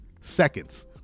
seconds